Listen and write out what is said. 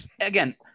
again